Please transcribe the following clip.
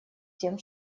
тем